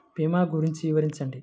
భీమా గురించి వివరించండి?